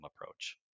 approach